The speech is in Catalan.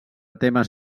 temes